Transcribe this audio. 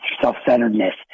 self-centeredness